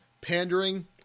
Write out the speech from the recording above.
pandering